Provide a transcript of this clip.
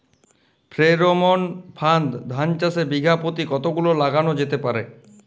Pheromone ফাঁদ ধান চাষে বিঘা পতি কতগুলো লাগানো যেতে পারে?